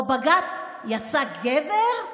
אז בג"ץ יצא גבר,